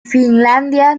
finlandia